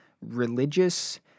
religious